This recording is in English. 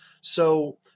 So-